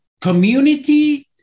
community